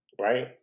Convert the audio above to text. right